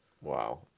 Wow